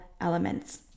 elements